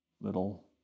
little